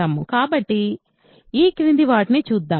కాబట్టి ఇప్పుడు ఈ క్రింది వాటిని చూద్దాం